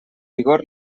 vigor